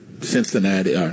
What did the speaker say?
Cincinnati –